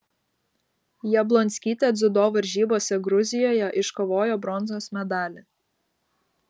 jablonskytė dziudo varžybose gruzijoje iškovojo bronzos medalį